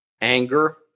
Anger